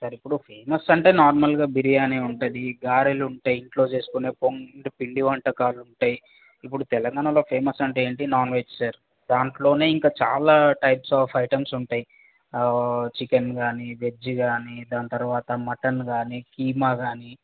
sir ఇప్పుడు famous అంటే నార్మల్గా బిర్యానీ ఉంటుంది గారెలు ఉంటాయి ఇంట్లో చేసుకునే పొంగ్ పిండి వంటకాలు ఉంటాయి ఇప్పుడు తెలంగాణలో ఫేమస్ అంటే ఏంటి నాన్ వెజ్ సార్ దాంట్లో ఇంకా చాలా టైప్స్ ఆఫ్ ఐటమ్స్ ఉంటాయి చికెన్ కానీ వెజ్ కానీ దాని తర్వాత మటన్ కానీ కీమా కానీ